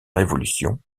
révolution